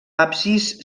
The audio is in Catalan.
absis